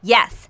Yes